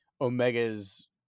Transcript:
Omega's